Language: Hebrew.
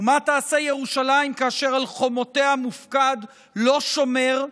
ומה תעשה ירושלים כאשר על חומותיה מופקד לא שומר,